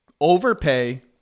overpay